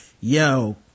Yo